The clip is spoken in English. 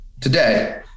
today